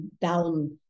down